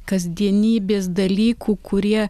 kasdienybės dalykų kurie